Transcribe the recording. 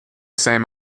same